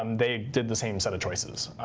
um they did the same set of choices.